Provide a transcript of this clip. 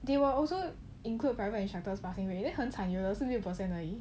they will also include private instructors passing rate already then 很惨有没有是六 percent 而已